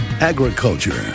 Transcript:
Agriculture